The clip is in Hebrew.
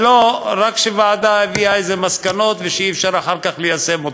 ולא רק שוועדה הביאה מסקנות שאי-אפשר אחר כך ליישם אותן.